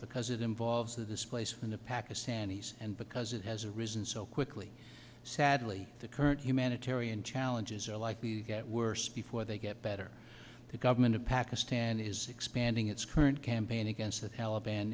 because it involves the displaced and the pakistanis and because it has risen so quickly sadly the current humanitarian challenges are likely to get worse before they get better the government of pakistan is expanding its current campaign against the taliban